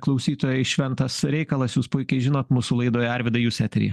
klausytojui šventas reikalas jūs puikiai žinot mūsų laidoje arvydai jūs eteryje